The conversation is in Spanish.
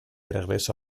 regreso